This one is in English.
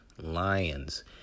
Lions